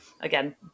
again